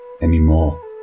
anymore